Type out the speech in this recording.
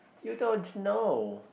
you don't know